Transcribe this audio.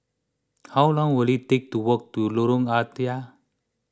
how long will it take to walk to Lorong Ah Thia